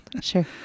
Sure